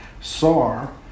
sar